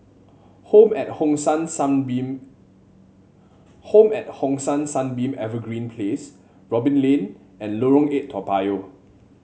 Home at Hong San Sunbeam Home at Hong San Sunbeam Evergreen Place Robin Lane and Lorong Eight Toa Payoh